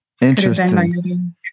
Interesting